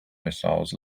missiles